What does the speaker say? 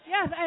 Yes